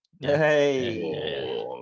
Hey